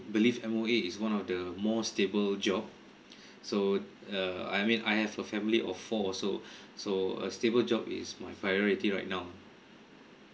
believe M_O_E is one of the most stable job so uh I mean I have a family of four also so a stable job is my priority right now